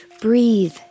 Breathe